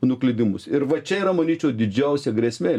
nuklydimus ir va čia yra manyčiau didžiausia grėsmė